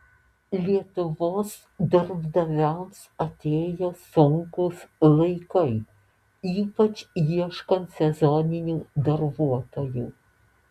lietuvos darbdaviams atėjo sunkūs laikai ypač ieškant sezoninių darbuotojų